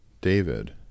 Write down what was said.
David